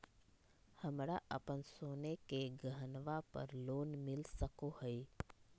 हमरा अप्पन सोने के गहनबा पर लोन मिल सको हइ?